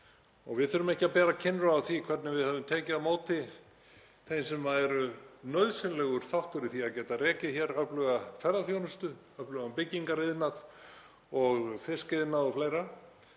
Við þurfum ekki að bera kinnroða fyrir það hvernig við höfum tekið á móti þeim sem eru nauðsynlegur þáttur í því að geta rekið hér öfluga ferðaþjónustu, öflugan byggingariðnað, fiskiðnað o.fl.